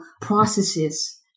processes